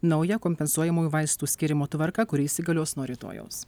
nauja kompensuojamųjų vaistų skyrimo tvarka kuri įsigalios nuo rytojaus